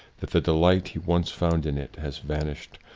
that the delight he once found in it has vanished.